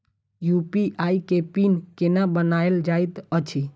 UPI केँ PIN केना बनायल जाइत अछि